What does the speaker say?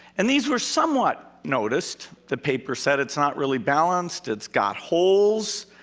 and these were somewhat noticed. the paper said, it's not really balanced. it's got holes.